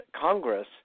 Congress